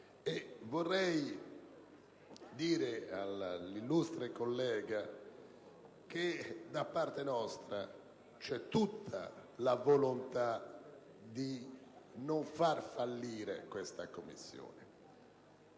Vorrei dire all'illustre collega che, da parte nostra, c'è tutta la volontà di non far fallire questa Commissione.